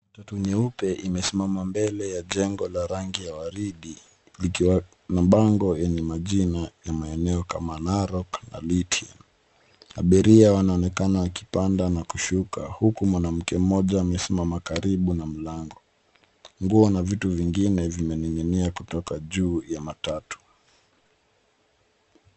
Matatu nyeupe imesimama mbele ya jengo la rangi ya waridi likiwa na mbango yenye majina ya maeneo kama Narok na Lithian. Abiria wanaonekana wakipanda na kushuka. Huku mwanamke mmoja amesimama karibu na mlango. Nguo na vitu vingine vimeninginia kutoka juu ya matatu.